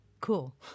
Cool